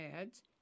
ads